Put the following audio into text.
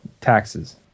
taxes